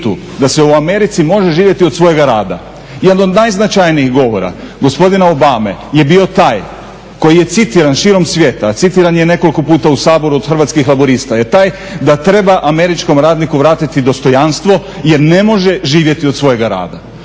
da se u Americi može živjeti od svojega rada. Jedan od najznačajnijih govora gospodina Obame je bio taj koji je citiran širom svijeta, a citiran je nekoliko puta u Saboru od Hrvatskih laburista je taj "Da treba američkom radniku vratiti dostojanstvo, jer ne može živjeti od svojega rada."